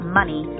money